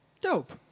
Dope